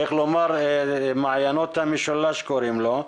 איך לומר, מעיינות המשולש קוראים לו,